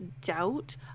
doubt